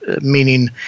meaning